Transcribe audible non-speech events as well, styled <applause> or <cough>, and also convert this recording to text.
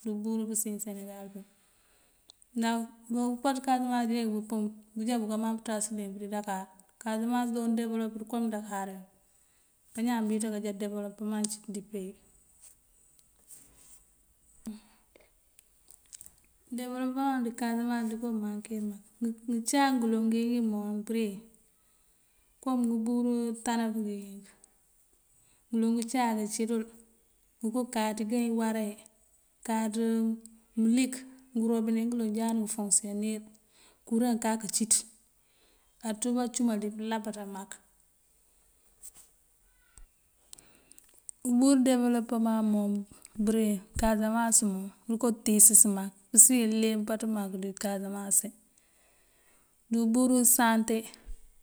dí ubúrú pësiyën senegal. Ná upaţ kasamans deenk bëpën bújá búka man pëţas uleemp dí dakar, kasamans doo dewëlopir kom dakar ruŋ, bañaan bíţa kajá dewëlopëman cíiţ dí peyi. <noise> Dewëlopëman dí kasamans dúko mankir mak ngëcáak ngëloŋ ngíngí mon bëreŋ kom ngëbúrú tanaf ink. Ngëloŋ ngëcáak cídul ngëko káaţ igá iwará yi, káaţ mëlik ngërobine ngëloŋ jáaţ ngëfonkësiyonir, kuran kak cíiţ aţú bacumal dí pëlabaţa mak. Ubúrú dewëlopëman mon bëreŋ kasamans dëko tíisis mak. Pësiyën leempaţ mak dí kasamans ţí dí ubúrú sante.